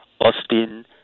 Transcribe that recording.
Austin